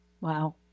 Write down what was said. Wow